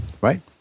right